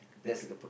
let's